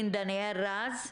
פה אדם היה פגוע נפש,